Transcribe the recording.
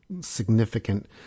significant